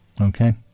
Okay